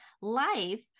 life